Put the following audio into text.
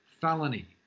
felony